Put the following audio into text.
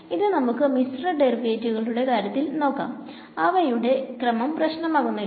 ഇത് നമുക്ക് മിശ്ര ഡെറിവറ്റിവുകളുടെ കാര്യത്തിൽ നോക്കാം അവയുടെ ക്രമം പ്രശ്നമാകുന്നില്ല